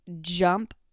jump